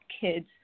kids